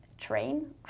train